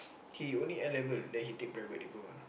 he only N-level then he take private diploma